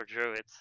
druids